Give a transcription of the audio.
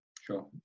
Sure